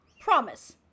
promise